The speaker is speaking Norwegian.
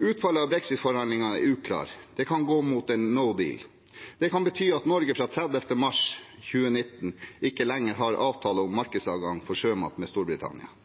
Utfallet av brexit-forhandlingene er uklare. Det kan gå mot en «no deal». Det kan bety at Norge fra 30. mars 2019 ikke lenger har avtaler om markedsadgang for sjømat med Storbritannia.